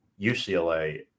UCLA